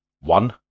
One